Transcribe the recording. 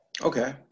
Okay